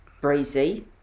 Breezy